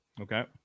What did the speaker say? Okay